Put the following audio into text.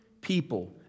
people